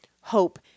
hope